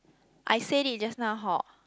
I said it just now hor